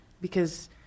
because-